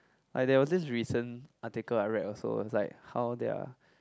like there was this recent article I read also is like how they are